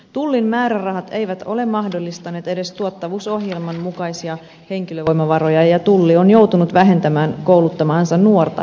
tullin määrärahat eivät ole mahdollistaneet edes tuottavuusohjelman mukaisia henkilövoimavaroja ja tulli on joutunut vähentämään kouluttamaansa nuorta henkilökuntaa